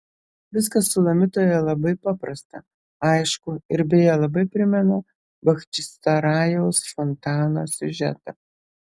viskas sulamitoje labai paprasta aišku ir beje labai primena bachčisarajaus fontano siužetą